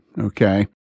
okay